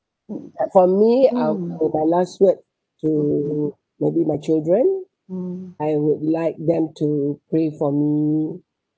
for me um for my last word to maybe my children I would like them to pray for me